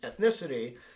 ethnicity